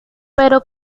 pero